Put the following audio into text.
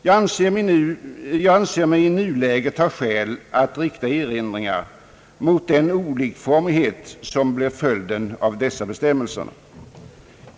Jag anser mig i nuläget ha skäl att rikta erinringar mot den olikformighet som blir följden av dessa bestämmelser.